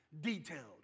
Detailed